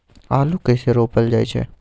आलू कइसे रोपल जाय छै?